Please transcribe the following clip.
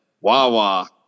Wawa